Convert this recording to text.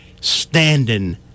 standing